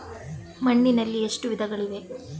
ಮಣ್ಣಿನಲ್ಲಿ ಎಷ್ಟು ವಿಧಗಳಿವೆ?